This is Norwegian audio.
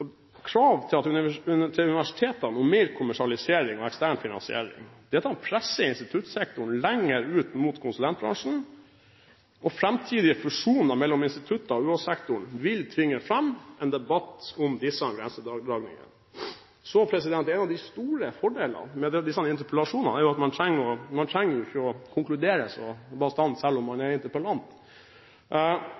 til universitetene om mer kommersialisering og ekstern finansiering presser instituttene lenger ut mot konsulentbransjen. Framtidige fusjoner mellom institutter og UH-sektoren vil tvinge fram en debatt om disse grensedragningene. En av de store fordelene med interpellasjoner er at man ikke trenger å konkludere så bastant, selv om man er interpellant, men noen mål må vi være enige om.